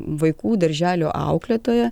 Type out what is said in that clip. vaikų darželio auklėtoja